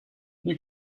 you